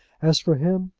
as for him,